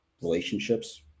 relationships